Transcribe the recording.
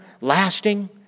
lasting